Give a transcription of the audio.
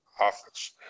office